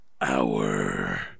hour